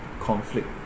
conflict